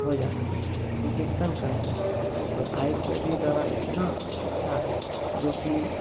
हो जाते हैं रिजेक्शन कर जाते हैं और आयुर्वेदिक दवाई इतना अच्छा है जो कि